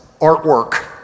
artwork